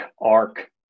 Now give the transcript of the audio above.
Arc